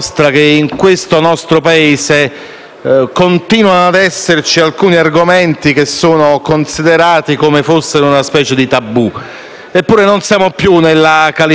continuino ad esserci alcuni argomenti che sono considerati come fossero tabù. Eppure non siamo più nella California degli anni